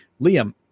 Liam